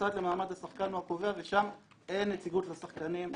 המוסד למעמד השחקן קובע ושם אין נציגות לשחקנים.